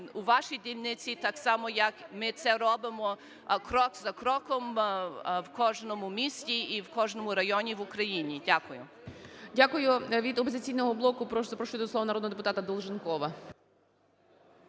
у вашій дільниці, так само, як ми це робимо крок за кроком в кожному місці і в кожному районі в Україні. Дякую. ГОЛОВУЮЧИЙ. Дякую. Від "Опозиційного блоку" запрошую народного депутатаДолженкова.